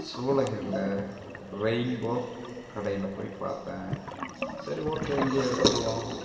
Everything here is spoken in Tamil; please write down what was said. சூளகிரியில் ரெயின்போ கடையில் போய் பார்த்தேன் சரி ஓகே இங்கேயே எடுத்துடுவோம்